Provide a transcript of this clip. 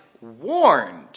warned